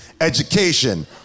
Education